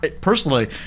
personally